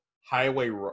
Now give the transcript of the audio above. Highway